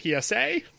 PSA